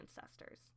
ancestors